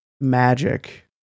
Magic